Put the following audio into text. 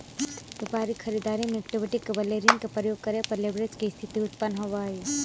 व्यापारिक खरीददारी में इक्विटी के बदले ऋण के प्रयोग करे पर लेवरेज के स्थिति उत्पन्न होवऽ हई